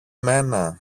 μένα